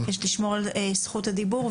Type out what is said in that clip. יש לשמור על זכות הדיבור,